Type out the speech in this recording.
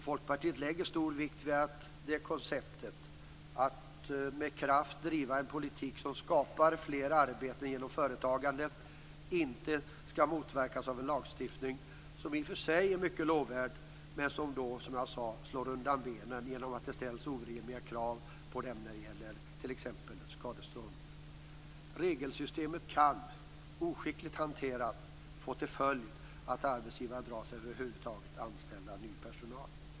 Folkpartiet lägger stor vikt vid att konceptet om att med kraft driva en politik som skapar flera arbeten genom företagande inte skall motverkas av en lagstiftning, som i och för sig kan vara mycket lovvärd men som slår undan benen genom att det ställs orimliga krav på dem när det gäller t.ex. skadestånd. Regelsystemet kan - oskickligt hanterat - få till följd att arbetsgivaren drar sig för att över huvud taget anställa ny personal.